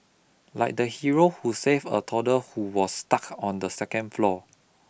like the hero who saved a toddler who was stuck on the second floor